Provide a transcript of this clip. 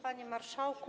Panie Marszałku!